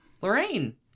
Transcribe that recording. Lorraine